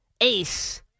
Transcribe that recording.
ace